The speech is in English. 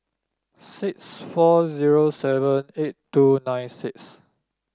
six four zero seven eight two nine six